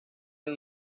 del